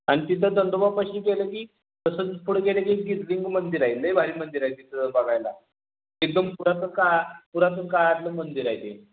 आणि तिथं दंदोबापाशी गेलं की तसंच पुढं गेलं की गिरलिंग मंदीर हाय लय भारी मंदीर आहे तिथं बघायला एकदम पुरातन काळ पुरातन काळातलं मंदीर हाय ते